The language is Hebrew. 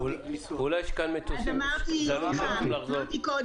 אמרתי קודם